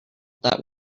that